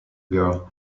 girl